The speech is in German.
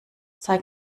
zeig